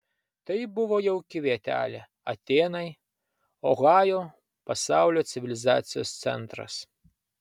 tai buvo jauki vietelė atėnai ohajo pasaulio civilizacijos centras